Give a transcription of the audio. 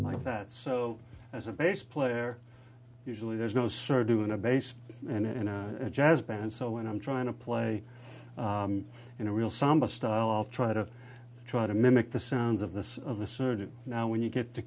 like that so as a bass player usually there's no sort of doing a bass and a jazz band so when i'm trying to play in a real samba style i'll try to try to mimic the sounds of this now when you get to